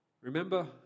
Remember